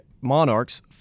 Monarchs